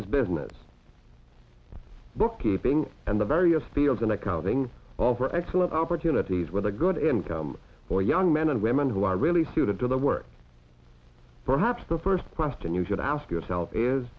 his business bookkeeping and the various fields in accounting offer excellent opportunities with a good income or young men and women who are really suited to the work perhaps the first question you should ask yourself is